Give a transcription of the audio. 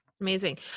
Amazing